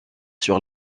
sur